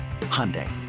Hyundai